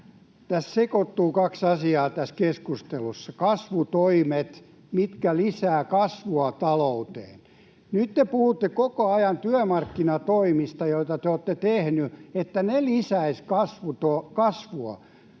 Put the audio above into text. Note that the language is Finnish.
Tässä keskustelussa sekoittuu kaksi asiaa: kasvutoimet lisäävät kasvua talouteen, ja nyt te puhutte koko ajan työmarkkinatoimista, joita te olette tehneet, että ne lisäisivät kasvua.